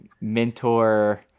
mentor